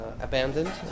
Abandoned